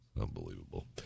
Unbelievable